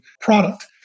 product